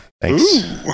thanks